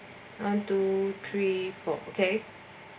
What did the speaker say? one two three four